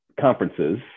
conferences